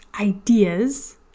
ideas